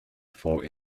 for